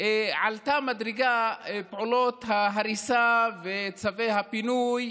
עלו מדרגה בפעילות ההריסה וצווי הפינוי,